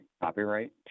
Copyright